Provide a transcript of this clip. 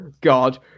God